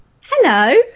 Hello